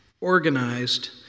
organized